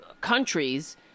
countries